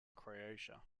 croatia